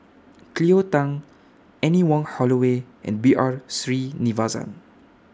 Cleo Thang Anne Wong Holloway and B R Sreenivasan